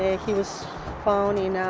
he was found in